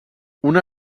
una